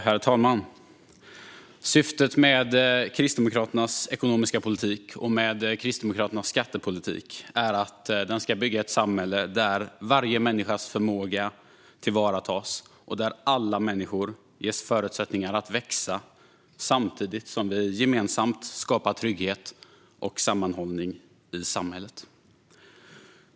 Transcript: Herr talman! Syftet med Kristdemokraternas ekonomiska politik och skattepolitik är att den ska bygga ett samhälle där varje människas förmåga tillvaratas och där alla människor ges förutsättningar att växa, samtidigt som vi gemensamt skapar trygghet och sammanhållning i samhället.